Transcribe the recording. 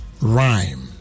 Rhyme